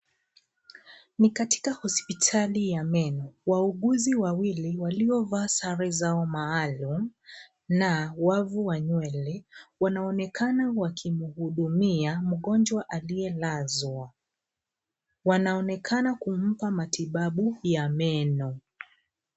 Ni katika hospitali ya meno. Wauguzi wawili waliovaa sare zao maalumu na wavu wa nywele, wanaonekana wakimhudumia mgonjwa aliyelazwa. Wanaonekana kumpa matibabu ya meno.